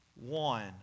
one